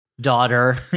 Daughter